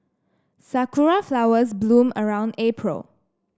sakura flowers bloom around April